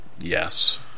Yes